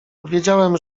powiedziałem